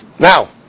Now